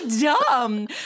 dumb